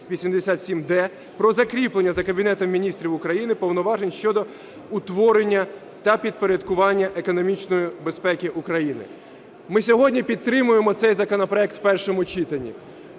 про закріплення за Кабінетом Міністрів України повноважень щодо утворення та підпорядкування економічної безпеки України. Ми сьогодні підтримуємо цей законопроект в першому читанні.